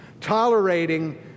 Tolerating